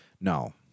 No